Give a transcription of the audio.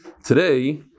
Today